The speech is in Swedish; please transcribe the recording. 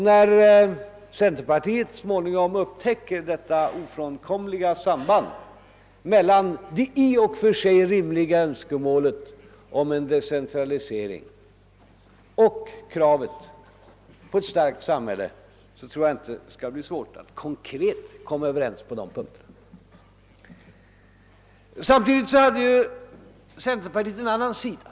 När centerpartiet så småningom upptäcker detta ofrånkomliga samband mellan det i och för sig rimliga önskemålet om en decentralisering och kravet på ett starkt samhälle, tror jag att det inte skall bli svårt att komma överens på de nämnda punkterna. Centerpartiets valrörelse hade samtidigt en annan sida.